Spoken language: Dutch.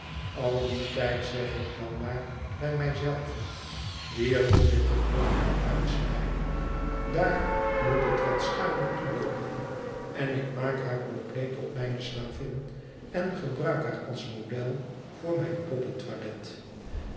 al dien tijd zeg ik dan maar bij mij zelve hier moet ik het nog wat uitsnijden daar moet het wat schuiner toeloopen en ik maak haar compleet tot mijne slavin en eebruik haar als model voor mijn